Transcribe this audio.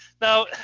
now